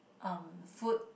um food